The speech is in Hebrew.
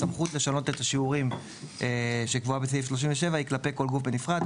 הסמכות לשנות את השיעורים שקבועה בסעיף 37 היא כלפי גוף בנפרד.